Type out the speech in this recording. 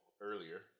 earlier